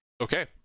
Okay